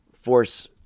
force